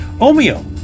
Omeo